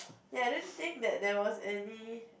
ya I didn't think that there was any